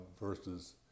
versus